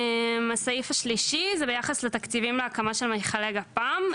הסעיף השלישי הוא ביחס לתקציבים ולהקמה של מכלי גפ"מ.